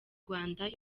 rwanda